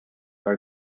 are